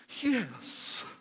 Yes